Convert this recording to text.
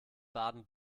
baden